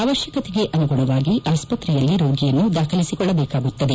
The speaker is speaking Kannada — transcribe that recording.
ಅವಶ್ಯಕತೆಗೆ ಅನುಗುಣವಾಗಿ ಆಸ್ತ್ರೆಯಲ್ಲಿ ರೋಗಿ ದಾಖಲಿಸಿಕೊಳ್ಳಬೇಕಾಗುತ್ತದೆ